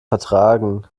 vertragen